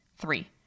Three